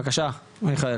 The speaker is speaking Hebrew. בבקשה מיכאל.